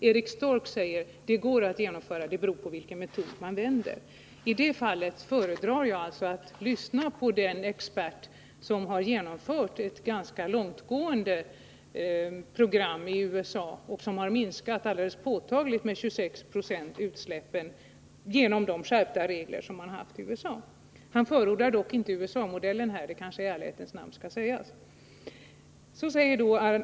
Eric Stork säger dock att en sådan minskning går att genomföra, men om man bör göra det beror på vilken metod man använder. I det fallet föredrar jag alltså att lyssna på den expert som har genomfört ett ganska långtgående program i 129 USA. Han har minskat bensinförbrukningen alldeles påtagligt — med 26 Jo — genom de skärpta regler för rening som man har haft i USA. Han förordar dock inte USA-modellen här; det bör i ärlighetens namn sägas.